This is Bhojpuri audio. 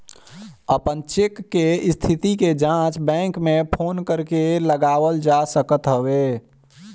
अपन चेक के स्थिति के जाँच बैंक में फोन करके लगावल जा सकत हवे